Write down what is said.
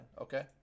Okay